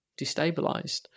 destabilized